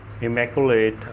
immaculate